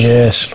Yes